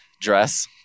dress